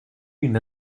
une